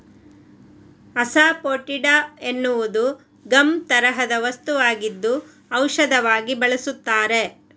asafoetida ಅನ್ನುವುದು gum ತರಹದ ವಸ್ತುವಾಗಿದ್ದು ಔಷಧವಾಗಿ ಬಳಸುತ್ತಾರೆ